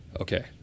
okay